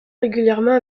régulièrement